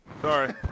Sorry